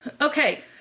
Okay